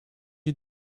you